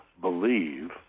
believe